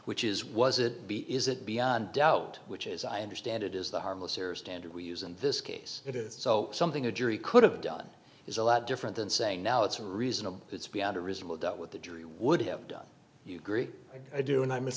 which is was it b is it beyond doubt which as i understand it is the harmless error standard we use in this case it is so something a jury could have done is a lot different than saying now it's reasonable it's beyond a reasonable doubt what the jury would have done you agree i do and i miss